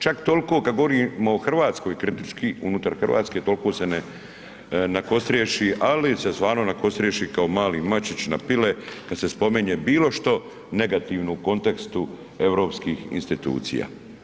Čak tolko kad govorimo o Hrvatskoj kritički unutar Hrvatske toliko se nakostriješi, ali se stvarno nakostriješi kao mali mačić na pile kad se spominje bilo što negativno u kontekstu europskih institucija.